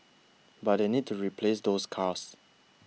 but they need to replace those cars